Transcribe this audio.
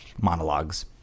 monologues